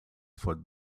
for